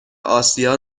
آسیا